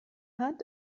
hat